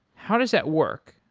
how does that work?